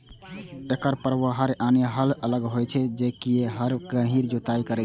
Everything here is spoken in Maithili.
एकर प्रभाव हर यानी हल सं अलग होइ छै, कियैकि हर गहींर जुताइ करै छै